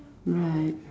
right